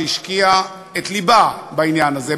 שהשקיעה את לבה בעניין הזה,